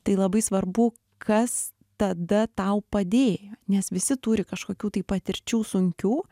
tai labai svarbu kas tada tau padėjo nes visi turi kažkokių tai patirčių sunkių